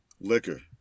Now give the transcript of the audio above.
Liquor